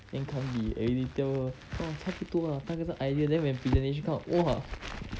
then can't be eh you tell her 哦差不多了大概这个 idea then when presentation come out !wah!